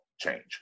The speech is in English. change